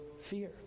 fear